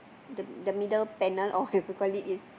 the the middle panel whatever you call is